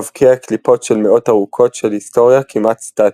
מבקיע קליפות של מאות ארוכות של היסטוריה כמעט-סטטית.